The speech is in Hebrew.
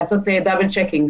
לעשות דבל צ'קינג,